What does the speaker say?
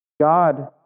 God